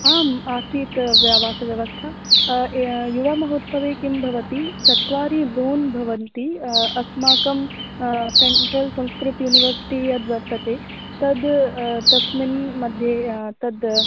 आम् आसीत् वासव्यवस्था युवमहोत्सवे किं भवति चत्वारि लोन् भवन्ति अस्माकं सेण्ट्रल् संस्कृत् युनिवर्सिटि यद्वर्तते तद् तस्मिन् मध्ये तद्